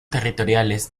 territoriales